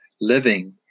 Living